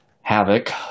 havoc